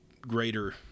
greater